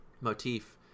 motif